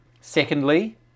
Secondly